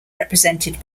represented